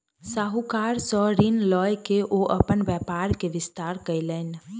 साहूकार सॅ ऋण लय के ओ अपन व्यापार के विस्तार कयलैन